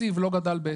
התקציב לא גדל בהתאם.